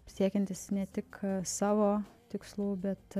siekiantis ne tik savo tikslų bet